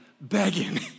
begging